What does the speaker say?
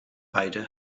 beide